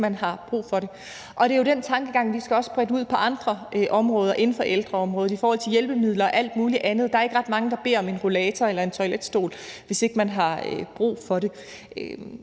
vi har brug for den. Det er jo den tankegang, vi også skal have bredt ud på andre områder inden for ældreområdet, i forhold til hjælpemidler og alt muligt andet. Der er ikke ret mange, der beder om en rollator eller en toiletstol, hvis ikke man har brug for det.